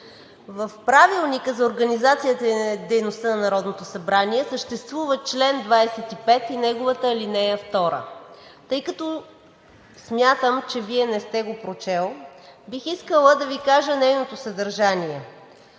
в Правилника за организацията и дейността на Народното събрание съществува чл. 25 и неговата ал. 2. Тъй като смятам, че Вие не сте го прочел, бих искала да Ви кажа нейното съдържание: